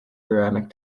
ceramic